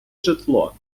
житло